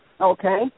Okay